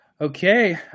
Okay